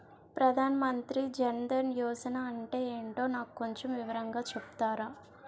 ప్రధాన్ మంత్రి జన్ దన్ యోజన అంటే ఏంటో నాకు కొంచెం వివరంగా చెపుతారా?